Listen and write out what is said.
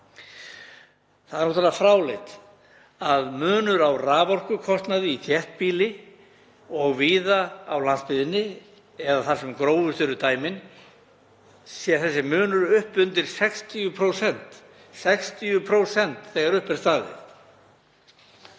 Það er náttúrlega fráleitt að munur á raforkukostnaði í þéttbýli og víða á landsbyggðinni, eða þar sem grófust eru dæmin, sé upp undir 60% þegar upp er staðið.